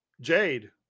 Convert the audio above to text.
Jade